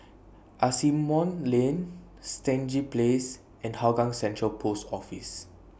Asimont Lane Stangee Place and Hougang Central Post Office